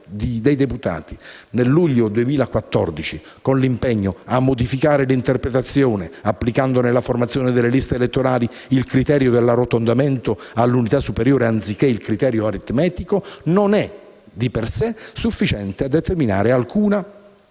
dei Deputati nel luglio 2014 con l'impegno a "modificare l'interpretazione ....applicando nella formazione delle liste elettorali il criterio dell'arrotondamento all'unità superiore, anziché il criterio (...) aritmetico" non è, di per sé, sufficiente a determinare alcuna